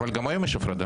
אבל גם היום יש הפרדה.